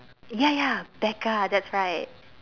ya ya Becca that's right